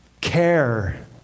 care